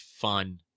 fun